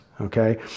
okay